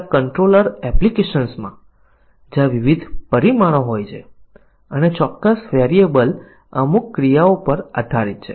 તેથી તે 1 4 25 ટકા અથવા 2 4 50 ટકા અથવા 75 ટકા અથવા 100 ટકા હોઈ શકે છે